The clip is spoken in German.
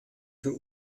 für